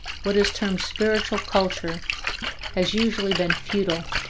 what is termed spiritual culture has usually been futile,